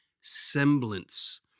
semblance—